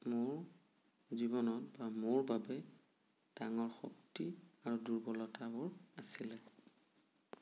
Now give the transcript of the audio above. মোৰ জীৱনত বা মোৰ বাবে ডাঙৰ শক্তি আৰু দুৰ্বলতাবোৰ আছিলে